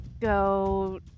go